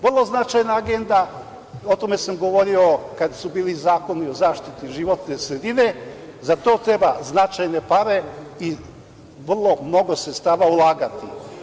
Vrlo značajna Agenda, o tome sam govorio kad su bili zakoni o zaštiti životne sredine i za to trebaju značajne pare i mnogo sredstava ulagati.